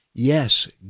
Yes